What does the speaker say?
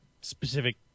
specific